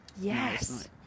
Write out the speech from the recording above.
Yes